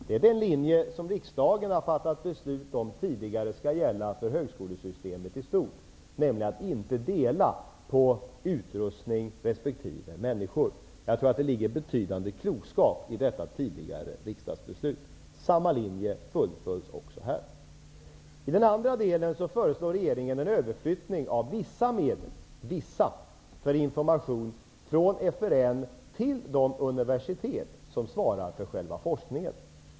Det är den linje som riksdagen tidigare fattat beslut om skall gälla för högskolesystemet i stort, nämligen att inte särskilja utrustning och människor. Det ligger betydande klokskap i detta tidigare riksdagsbeslut. Samma linje fullföljs också här. Den andra förändringen innebär att regeringen föreslår en överflyttning av vissa medel för information, från FRN till de universitet som svarar för själva forskningen.